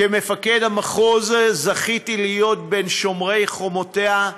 כמפקד המחוז זכיתי להיות בין שומרי חומותיה,